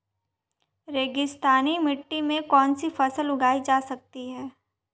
रेगिस्तानी मिट्टी में कौनसी फसलें उगाई जा सकती हैं?